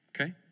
okay